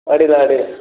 ಅಡ್ಡಿಯಿಲ್ಲ ಅಡ್ಡಿಯಿಲ್ಲ